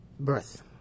Birth